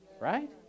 right